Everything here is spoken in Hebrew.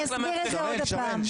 אני אסביר את זה עוד פעם.